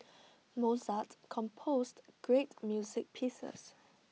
Mozart composed great music pieces